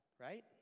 right